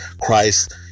Christ